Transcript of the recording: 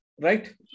right